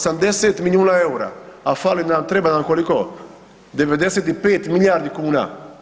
80 milijuna eura a fali nam, treba nam, koliko, 95 milijardi kuna.